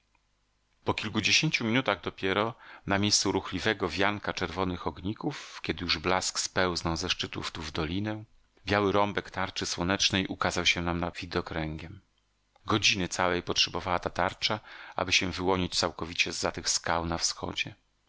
po kilkudziesięciu minutach dopiero na miejscu ruchliwego wianka czerwonych ogników kiedy już blask spełznął ze szczytów tu w dolinę biały rąbek tarczy słonecznej ukazał się nam nad widnokręgiem godziny całej potrzebowała ta tarcza aby się wyłonić całkowicie zza tych skał na wschodzie